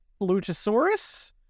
Luchasaurus